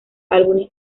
álbumes